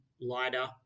lighter